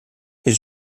his